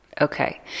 Okay